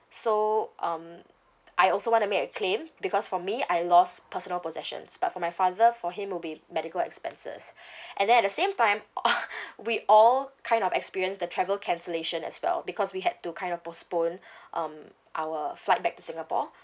so um I also want to make a claim because for me I lost personal possessions but for my father for him will be medical expenses and then at the same time we all kind of experience the travel cancellation as well because we had to kind of postpone um our flight back to singapore